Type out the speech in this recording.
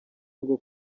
ngo